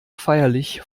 feierlich